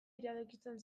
iradokitzen